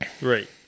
Right